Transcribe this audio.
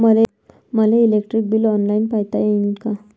मले electric bill online पायता येईन का?